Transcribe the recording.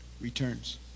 returns